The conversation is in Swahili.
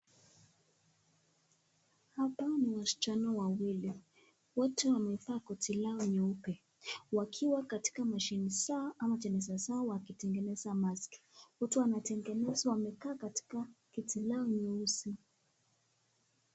Hapa ni wasichana wawili, wote wamevaa koti lao nyeupe. Wakiwa katika mashine zao au jeneza zao wakitengeneza [mask].Mtu anatengenezwa amekaa katika kiti lao nyeusi.